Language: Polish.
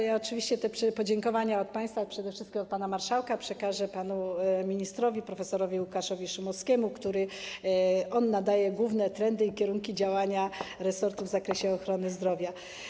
Ja oczywiście te podziękowania od państwa, przede wszystkim od pana marszałka, przekażę panu ministrowi prof. Łukaszowi Szumowskiemu, gdyż on wyznacza główne trendy i kierunki działania resortu w zakresie ochrony zdrowia.